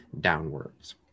downwards